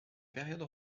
période